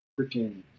freaking